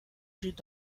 should